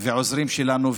והעוזרים שלנו,